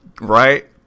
right